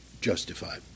justified